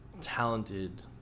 talented